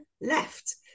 left